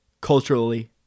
culturally